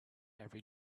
every